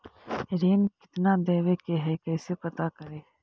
ऋण कितना देवे के है कैसे पता करी?